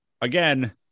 again